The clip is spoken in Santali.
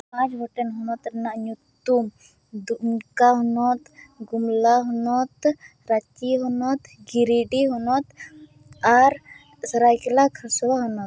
ᱯᱟᱸᱪ ᱜᱚᱴᱮᱱ ᱦᱚᱱᱚᱛ ᱨᱮᱱᱟᱜ ᱧᱩᱛᱩᱢ ᱫᱩᱢᱠᱟᱹ ᱦᱚᱱᱚᱛ ᱜᱩᱢᱞᱟ ᱦᱚᱱᱚᱛ ᱨᱟᱺᱪᱤ ᱦᱚᱱᱚᱛ ᱜᱤᱨᱤᱰᱤ ᱦᱚᱱᱚᱛ ᱟᱨ ᱥᱚᱨᱟᱭᱠᱮᱞᱞᱟ ᱠᱷᱟᱨᱥᱚᱣᱟ ᱦᱚᱱᱚᱛ